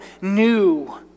new